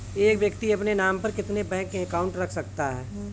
एक व्यक्ति अपने नाम पर कितने बैंक अकाउंट रख सकता है?